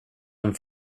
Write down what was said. den